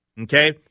Okay